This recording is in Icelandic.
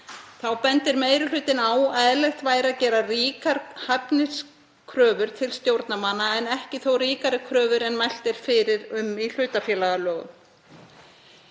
Þá bendir meiri hlutinn á að eðlilegt væri að gera ríkar hæfniskröfur til stjórnarmanna en ekki þó ríkari kröfur en mælt er fyrir um í hlutafélagalögum.